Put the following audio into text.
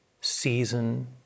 season